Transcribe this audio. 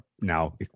now